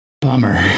Bummer